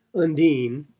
undine,